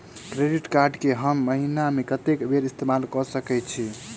Credit card कऽ हम महीना मे कत्तेक बेर इस्तेमाल कऽ सकय छी?